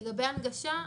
לגבי הנגשה,